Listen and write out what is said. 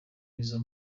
izo